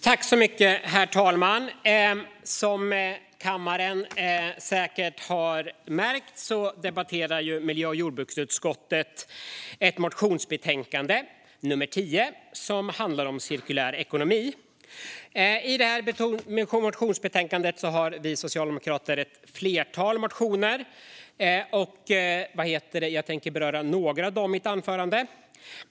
Herr talman! Som kammaren säkert har märkt debatterar miljö och jordbruksutskottet ett motionsbetänkande, nummer 10, som handlar om cirkulär ekonomi. I det här motionsbetänkandet finns ett flertal motioner från oss socialdemokrater, och jag tänkte beröra några av dem i mitt anförande.